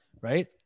right